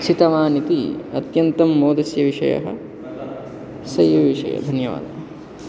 चितवान् इति अत्यन्तं मोदस्य विषयः स एव विषयः धन्यवादः